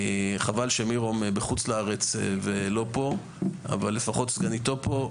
וחבל שמירום בחוץ-לארץ ולא פה אבל לפחות סגניתו פה.